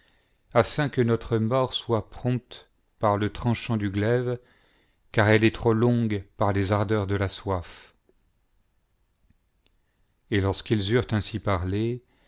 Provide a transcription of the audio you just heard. afin que notre mort soit prompte par le tranchant du glaive car elle est trop longue par les ardeurs de la soif et lorsqu'ils eurent ainsi parlé